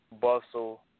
Bustle